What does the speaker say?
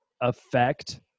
affect